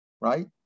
right